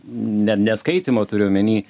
ne ne skaitymo turiu omeny